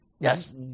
Yes